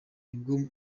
nibwo